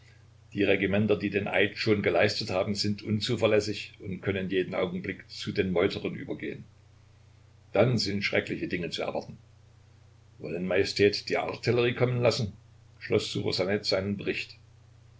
die regimenter die den eid schon geleistet haben sind unzuverlässig und können jeden augenblick zu den meuterern übergehen dann sind schreckliche dinge zu erwarten wollen majestät die artillerie kommen lassen schloß ssuchosanet seinen bericht